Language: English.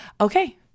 Okay